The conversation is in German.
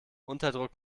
unterdruck